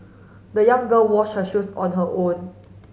the young girl wash her shoes on her own